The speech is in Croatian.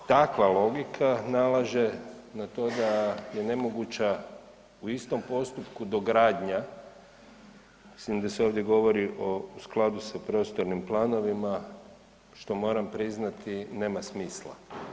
Uz to, takva logika nalaže na to da je moguća u istom postupku dogradnja, s tim da se ovdje govori o skladu sa prostornim planovima, što moram priznati, nema smisla.